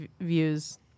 views